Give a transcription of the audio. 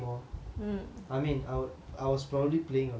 I mean I would I was probably playing a lot